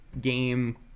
game